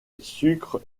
sucre